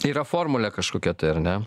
yra formulė kažkokia tai ar ne